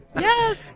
Yes